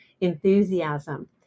enthusiasm